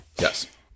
Yes